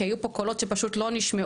כי היו פה קולות שפשוט לא נשמעו.